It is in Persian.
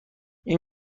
این